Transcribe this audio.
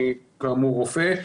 אני כאמור רופא,